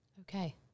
Okay